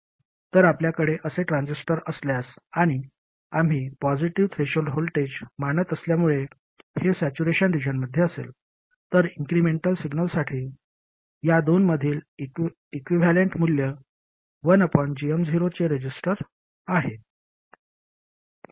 तर आपल्याकडे असे ट्रान्झिस्टर असल्यास आणि आम्ही पॉजिटीव्ह थ्रेशोल्ड व्होल्टेज मानत असल्यामुळे हे सॅच्युरेशन रिजनमध्ये असेल तर इन्क्रिमेंटल सिग्नलसाठी या दोन मधील इक्विव्हॅलेंट मूल्य 1gm0 चे रेसिस्टर आहे